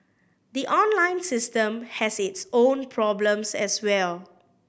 the online system has its own problems as well